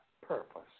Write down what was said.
purpose